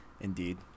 Indeed